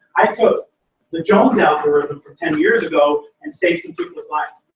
i took the jones algorithm from ten years ago and saved some people's lives